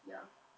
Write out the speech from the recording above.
ya